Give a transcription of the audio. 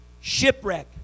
shipwreck